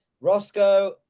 Roscoe